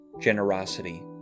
generosity